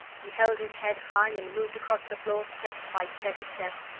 he held his head high and moved across the floor step by steady step,